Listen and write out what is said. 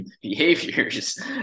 behaviors